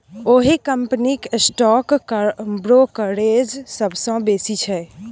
ओहि कंपनीक stock brokerage सबसँ बेसी छै